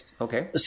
Okay